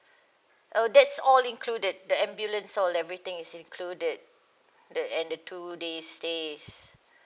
oh that's all included the ambulance so everything is included the and the two days stays